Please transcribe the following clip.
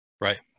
Right